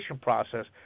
process